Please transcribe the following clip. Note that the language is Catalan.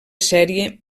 sèrie